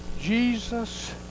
Jesus